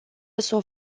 sunt